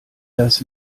das